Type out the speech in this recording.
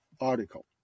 article